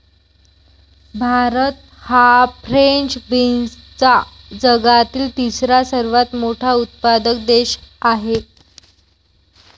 भारत हा फ्रेंच बीन्सचा जगातील तिसरा सर्वात मोठा उत्पादक देश आहे